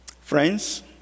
Friends